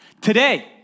Today